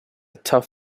tough